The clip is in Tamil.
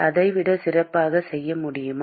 அதை விட சிறப்பாக செய்ய முடியுமா